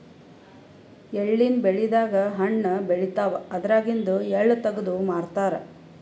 ಎಳ್ಳಿನ್ ಬೆಳಿದಾಗ್ ಹಣ್ಣ್ ಬೆಳಿತಾವ್ ಅದ್ರಾಗಿಂದು ಎಳ್ಳ ತಗದು ಮಾರ್ತಾರ್